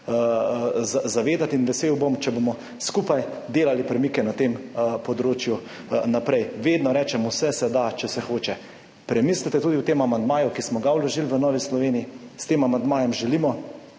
zavedati in vesel bom, če bomo na tem področju skupaj delali premike naprej. Vedno rečem, vse se da, če se hoče. Premislite tudi o tem amandmaju, ki smo ga vložili v Novi Sloveniji. S tem amandmajem želimo,